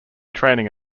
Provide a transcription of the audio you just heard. training